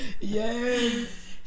Yes